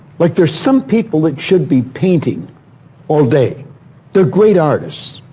like, there's some people that should be painting all day they're great artists,